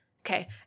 Okay